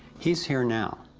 he's here now!